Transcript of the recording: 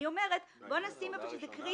אני אומרת, בוא נשים איפה שזה קריטי.